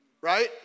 Right